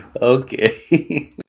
Okay